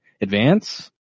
Advance